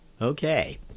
Okay